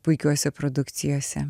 puikiuose produkcijose